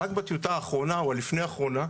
רק בטיוטה האחרונה או לפני האחרונה,